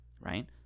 right